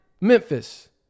Memphis